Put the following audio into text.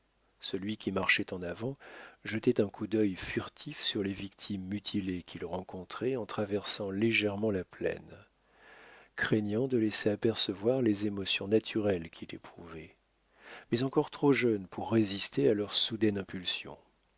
celui qui marchait en avant jetait un coup d'œil furtif sur les victimes mutilées qu'il rencontrait en traversant légèrement la plaine craignant de laisser apercevoir les émotions naturelles qu'il éprouvait mais encore trop jeune pour résister à leur soudaine impulsion